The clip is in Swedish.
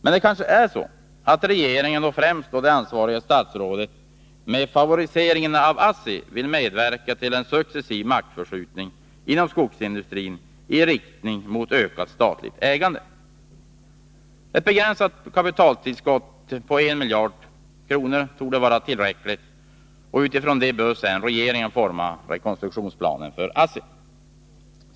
Men det kanske är så att regeringen och främst då det ansvariga statsrådet med favoriseringen av ASSI vill medverka till en successiv maktförskjutning inom skogsindustrin i riktning mot ökat statligt ägande. Ett begränsat kapitaltillskott på 1 miljard kronor torde vara tillräckligt. Utifrån detta bör sedan regeringen forma en rekonstruktionsplan för ASSI.